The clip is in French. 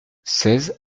seize